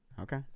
Okay